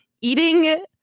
Eating